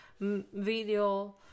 video